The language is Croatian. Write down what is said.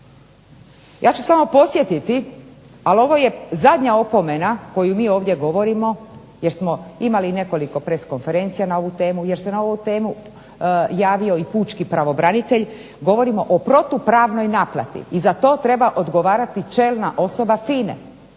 Ja ću samo podsjetiti ali ovo je zadnja opomena koju ovdje govorimo jer smo imali nekoliko press konferencija na ovu temu, jer se na ovu temu javio i pučki pravobranitelj. Govorimo o protupravnoj naplati i za to treba odgovarati čelna osoba FINA-e.